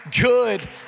good